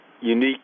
unique